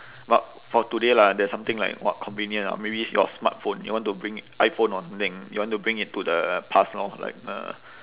but for today lah there's something like what convenient ah maybe your smartphone you want to bring iphone or something you want to bring it to the past lor like the